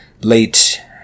late